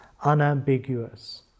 unambiguous